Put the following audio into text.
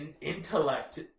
intellect